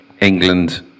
England